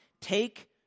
Take